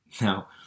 now